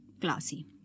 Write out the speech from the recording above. Classy